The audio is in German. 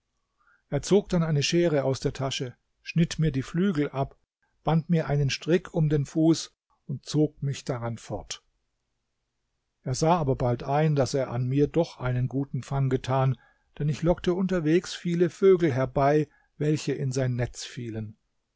er zog dann eine schere aus der tasche schnitt mir die flügel ab band mir einen strick um den fuß und zog mich daran fort er sah aber bald ein daß er an mir doch einen guten fang getan denn ich lockte unterwegs viele vögel herbei welche in sein netz fielen